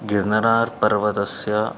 गिर्नरार् पर्वतस्य